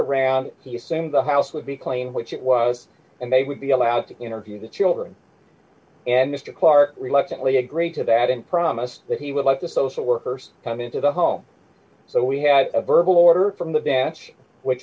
around the same the house would be claim which it was and they would be allowed to interview the children and mr clark reluctantly agreed to that and promised that he would let the social workers come into the home so we had a verbal order from the dance which